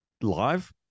Live